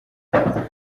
uyu